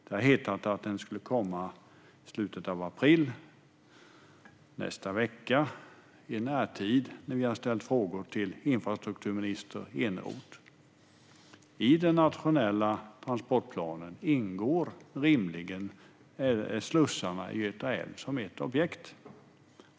Det har hetat att den ska komma i slutet av april, i nästa vecka och i närtid när vi har ställt frågor till infrastrukturminister Eneroth. I den nationella transportplanen ingår rimligen slussarna i Göta älv som ett objekt.